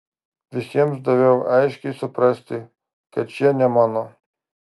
visiems daviau aiškiai suprasti kad šie ne mano